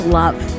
love